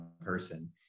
person